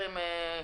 אבישי כץ,